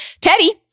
Teddy